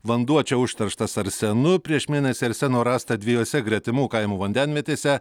vanduo čia užterštas arsenu prieš mėnesį arseno rasta dvejose gretimų kaimų vandenvietėse